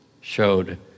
showed